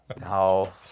No